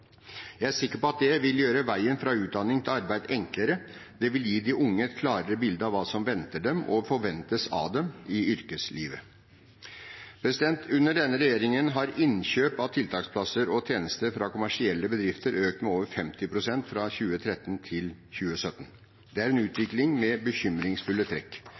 Jeg er sikker på at det vil gjøre veien fra utdanning til arbeid enklere, det vil gi de unge et klarere bilde av hva som venter dem og forventes av dem i yrkeslivet. Under denne regjeringen har innkjøp av tiltaksplasser og tjenester fra kommersielle bedrifter økt med over 50 pst. fra 2013 til 2017. Det er en utvikling med bekymringsfulle trekk.